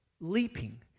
leaping